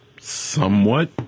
somewhat